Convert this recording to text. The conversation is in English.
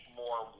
more